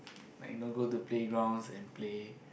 like you know go to playgrounds and play